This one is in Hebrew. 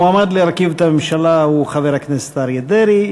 המועמד להרכיב את הממשלה הוא חבר הכנסת אריה דרעי.